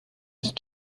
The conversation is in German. ist